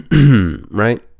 right